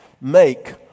make